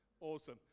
Awesome